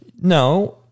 no